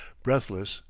breathless,